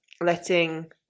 letting